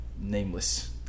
nameless